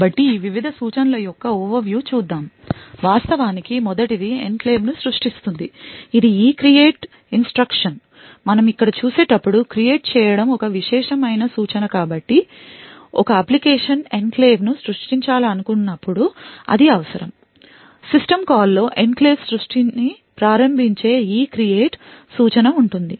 కాబట్టి ఈ వివిధ సూచనల యొక్క overview చూద్దాం వాస్తవానికి మొదటిది ఎన్క్లేవ్ను సృష్టించడం ఇది ECREATE ఇన్స్ట్రక్షన్ మనం ఇక్కడ చూసేటప్పుడు క్రియేట్ చేయడం ఒక విశేషమైన సూచన కాబట్టి ఒక అప్లికేషన్ ఎన్క్లేవ్ను సృష్టించాలనుకున్నప్పుడు అది అవసరం సిస్టమ్ కాల్ లో ఎన్క్లేవ్ సృష్టిని ప్రారంభించే ECREATE సూచన ఉంటుంది